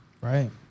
Right